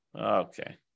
Okay